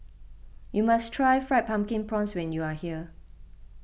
you must try Fried Pumpkin Prawns when you are here